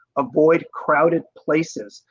avoid crowded places.